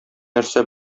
нәрсә